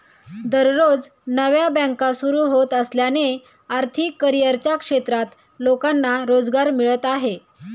दररोज नव्या बँका सुरू होत असल्याने आर्थिक करिअरच्या क्षेत्रात लोकांना रोजगार मिळत आहे